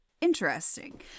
Interesting